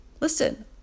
listen